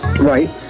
Right